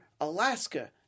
Alaska